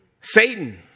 Satan